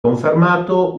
confermato